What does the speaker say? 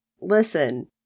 listen